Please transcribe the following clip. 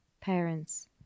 parents